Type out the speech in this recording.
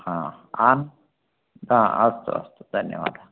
हा आम् अस्तु अस्तु धन्यवादः